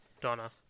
Donna